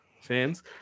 fans